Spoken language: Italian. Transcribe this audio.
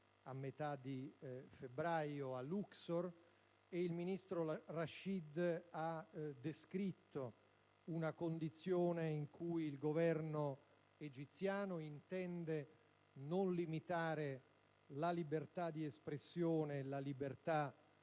a metà di febbraio a Luxor. Il ministro Rachid ha descritto una condizione in cui il Governo egiziano intende non limitare la libertà di espressione e la libertà